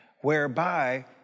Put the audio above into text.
whereby